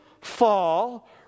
fall